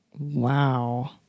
Wow